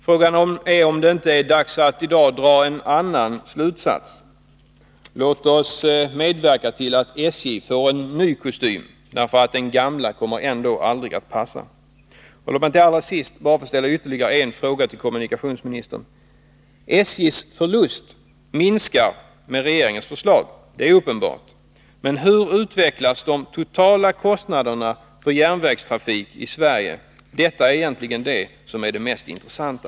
Frågan är om det i dag inte är dags att dra en annan slutsats. Låt oss medverka till att SJ får en ny kostym. Den gamla kommer ändå aldrig att passa. miska målsättning Låt mig allra sist bara få ställa ytterligare en fråga till kommunikationsministern: SJ:s förlust minskar med regeringens förslag — det är uppenbart —, men hur blir det med utvecklingen när det gäller de totala kostnaderna för järnvägstrafik i Sverige? Detta är egentligen det mest intressanta.